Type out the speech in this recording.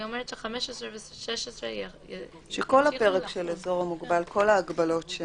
היא אומרת שכל הפרק של האזור המוגבל, כל ההגבלות.